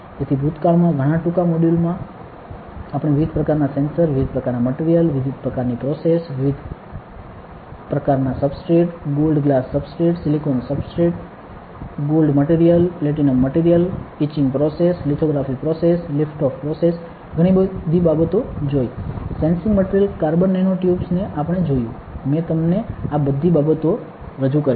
તેથી ભૂતકાળમાં ઘણા ટૂંકા મોડ્યુલમાં આપણે વિવિધ પ્રકારનાં સેન્સર વિવિધ પ્રકારના મટિરિયલ વિવિધ પ્રકારની પ્રોસેસ વિવિધ પ્રકારનાં substrate gold glass substrate silicon substrate gold material platinum material etching process lithography process lift off process ઘણી બધી બાબતો જોઇ sensing material carbon nanotubes ને આપણે જોયુ મે તમને આ બધી બાબતો રજૂ કરી છે